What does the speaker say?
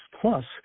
Plus